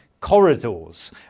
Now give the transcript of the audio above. corridors